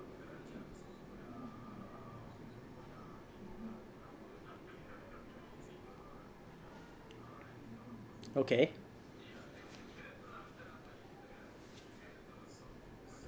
okay